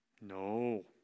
No